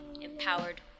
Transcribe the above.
empowered